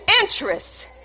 interest